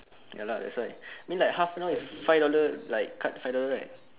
ya lah that's why mean like half an hour is five dollar like cut five dollar right